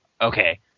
Okay